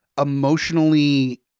emotionally